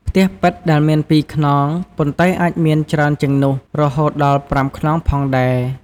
ផ្ទះប៉ិតដែលមានពីរខ្នង ប៉ុន្តែអាចមានច្រើនជាងនោះរហូតដល់ប្រាំខ្នងផងដែរ។